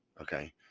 okay